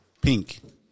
Pink